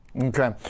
okay